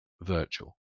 virtual